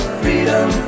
freedom